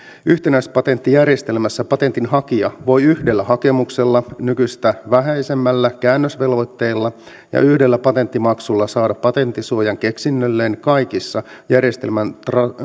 yhtenäispatenttijärjestelmässä patentinhakija voi yhdellä hakemuksella nykyistä vähäisemmillä käännösvelvoitteilla ja yhdellä patenttimaksulla saada patenttisuojan keksinnölleen kaikissa järjestelmän